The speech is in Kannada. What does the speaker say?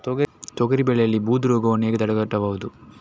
ತೊಗರಿ ಬೆಳೆಯಲ್ಲಿ ಬೂದು ರೋಗವನ್ನು ಹೇಗೆ ತಡೆಗಟ್ಟಬಹುದು?